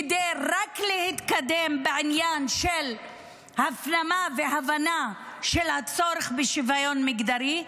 כדי להתקדם בעניין של הפנמה והבנה של הצורך בשוויון מגדרי,